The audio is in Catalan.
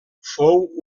fou